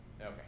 Okay